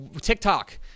TikTok